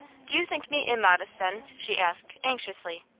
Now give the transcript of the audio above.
do you think me immodest, then? she asked, anxiously.